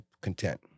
content